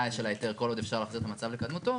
של ההיתר כל עוד אפשר להחזיר את המצב לקדמותו,